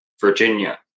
Virginia